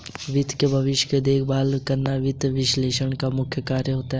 वित्त के भविष्य में देखभाल करना वित्त विश्लेषक का मुख्य कार्य होता है